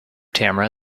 tamara